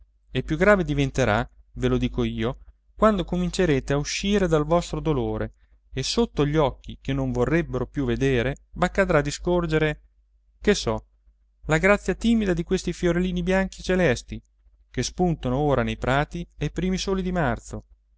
e più grave diventerà ve lo dico io quando comincerete a uscire dal vostro dolore e sotto gli occhi che non vorrebbero più vedere v'accadrà di scorgere che so la grazia timida di questi fiorellini bianchi e celesti che spuntano ora nei prati ai primi soli di marzo